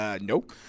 nope